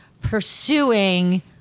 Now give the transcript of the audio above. pursuing